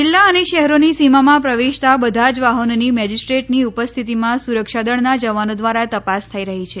જિલ્લા અને શહેરોની સીમામાં પ્રવેશતા બધા જ વાહનોની મેજીસ્ટ્રેટની ઉપસ્થિતિમાં સુરક્ષા દળના જવાનો દ્વારા તપાસ થઈ રહી છે